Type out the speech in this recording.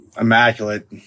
immaculate